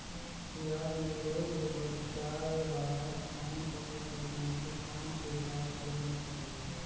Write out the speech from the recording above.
पियाज मे रोग ले बचाय बार कौन सा कीटनाशक कौन छिड़काव करे बर चाही?